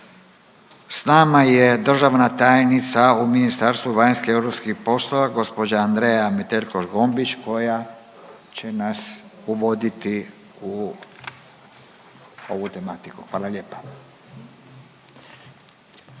S nama je državna tajnica u Ministarstvu vanjskih i europskih poslova gđa. Andreja Metelko-Zgombić koja će nas uvoditi u ovu tematiku, hvala lijepa.